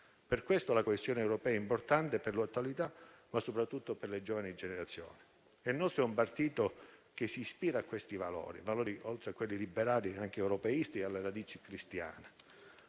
Per questo la coesione europea è importante, per l'attualità, ma soprattutto per le giovani generazioni. Il nostro è un partito che si ispira a questi valori, oltre che liberali, anche europeisti e alle radici cristiane.